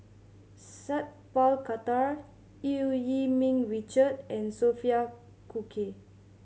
Sat Pal Khattar Eu Yee Ming Richard and Sophia Cooke